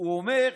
הוא אומר: